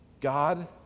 God